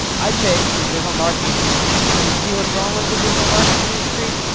i picked the digital marketing industry. can you see what's wrong with the digital marketing industry?